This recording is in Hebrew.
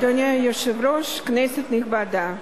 אדוני היושב-ראש, כנסת נכבדה,